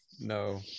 no